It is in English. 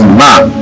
man